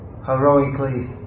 heroically